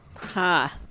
Ha